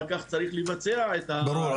אחר כך צריך לבצע את --- ברור,